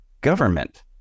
government